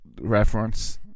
reference